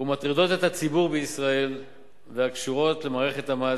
ומטרידות את הציבור בישראל והקשורות למערכת המס.